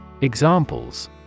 Examples